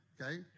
okay